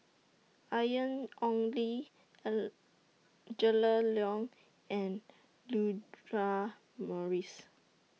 Ian Ong Li Angela Liong and Audra Morrice